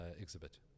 exhibit